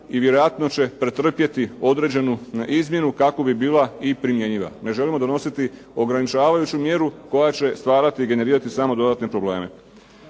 i vjerojatno će pretrpjeti određenu izmjenu kako bi bila i primjenjiva. Ne želimo donositi ograničavajuću mjeru koja će stvarati i generirati samo dodatne probleme.